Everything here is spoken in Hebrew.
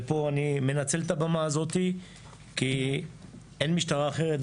ופה אני מנצל את הבמה הזאת כי אין משטרה אחרת,